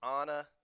Anna